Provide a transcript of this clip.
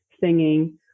singing